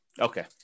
Okay